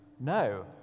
No